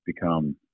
Become